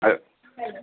അതെ